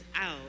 out